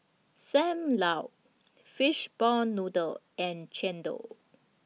SAM Lau Fishball Noodle and Chendol